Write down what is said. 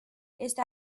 este